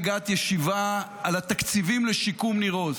גת ישיבה על התקציבים לשיקום ניר עוז.